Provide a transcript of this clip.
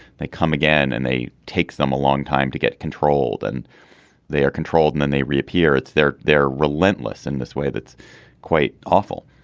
they come again and they take them a long time to get controlled and they are controlled. and then they reappear it's there they're relentless in this way that's quite awful.